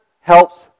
helps